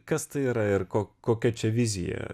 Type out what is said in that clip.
kas tai yra ir ko kokia čia vizija